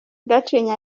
gacinya